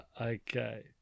Okay